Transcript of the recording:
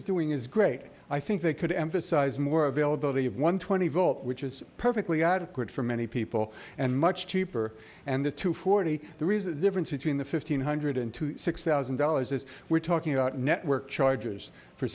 is doing is great i think they could emphasize more availability of one twenty volt which is perfectly adequate for many people and much cheaper and the two forty the reason difference between the fifteen hundred to six thousand dollars is we're talking about network chargers for